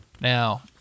Now